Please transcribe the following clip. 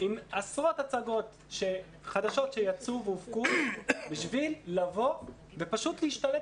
עם עשרות הצגות חדשות שיצאו והופקו בשביל לבוא ופשוט להשתלט